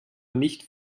nicht